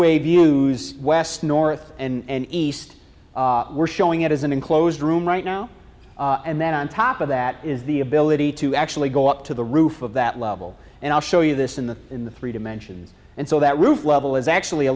way views west north and east we're showing it is an enclosed room right now and then on top of that is the ability to actually go up to the roof of that level and i'll show you this in the in the three dimensions and so that roof level is actually a